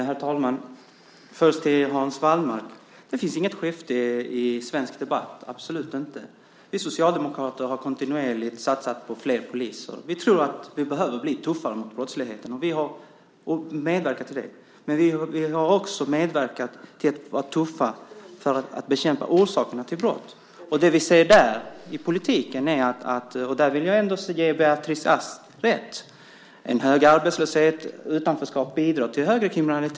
Herr talman! Först till Hans Wallmark: Det finns inget skifte i svensk debatt - absolut inte. Vi socialdemokrater har kontinuerligt satsat på fler poliser. Vi tror att vi behöver bli tuffare mot brottsligheten, och vi har medverkat till det. Men vi har också medverkat till att vara tuffa för att bekämpa orsakerna till brott. Och det vi ser i politiken är att - och där vill jag ändå ge Beatrice Ask rätt - en hög arbetslöshet och utanförskap bidrar till högre kriminalitet.